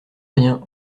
rien